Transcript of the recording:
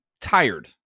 tired